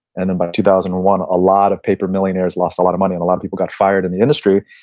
and then by two thousand and one, a lot of paper millionaires lost a lot of money and a lot of people got fired in the industry.